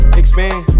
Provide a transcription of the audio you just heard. expand